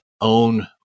own